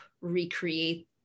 recreate